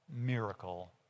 miracle